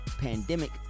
pandemic